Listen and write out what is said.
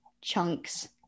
chunks